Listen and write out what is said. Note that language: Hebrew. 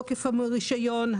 תוקף הרישיון,